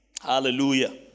Hallelujah